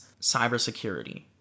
cybersecurity